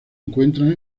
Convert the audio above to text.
encuentran